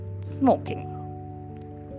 smoking